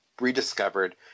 rediscovered